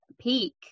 peak